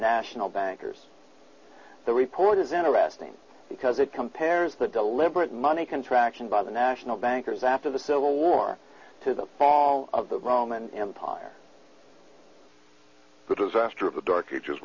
national bankers the report is interesting because it compares the deliberate money contraction by the national bankers after the civil war to the fall of the roman empire the disaster of the dark ages